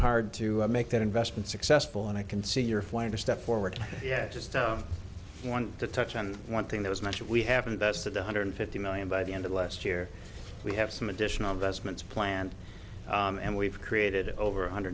hard to make that investment successful and i can see your flounder step forward yet just want to touch on one thing that was mentioned we have invested one hundred fifty million by the end of last year we have some additional investments planned and we've created over one hundred